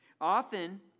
often